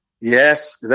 Yes